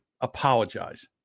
apologize